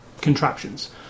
contraptions